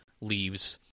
leaves